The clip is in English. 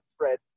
thread